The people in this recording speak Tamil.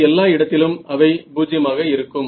மற்ற எல்லா இடத்திலும் அவை 0 ஆக இருக்கும்